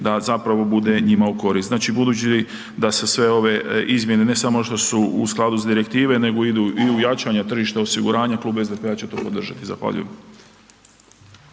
da zapravo bude njima u korist. Znači budući da se ove izmjene ne samo što su u skladu s direktive nego idu i u jačanja tržišta osiguranja Klub SDP-a će to podržati. Zahvaljujem.